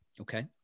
Okay